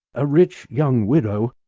a rich young widow